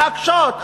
להקשות.